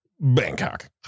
Bangkok